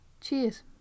Cheers